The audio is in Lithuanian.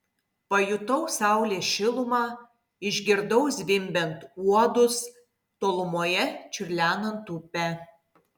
pajutau saulės šilumą išgirdau zvimbiant uodus tolumoje čiurlenant upę